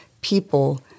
people